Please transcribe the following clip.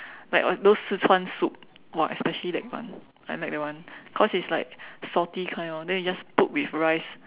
like on those Sichuan soup !wah! especially that one I like that one cause it's like salty kind [one] then you just put with rice